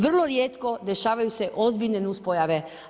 Vrlo rijetko dešavaju se ozbiljne nuspojave.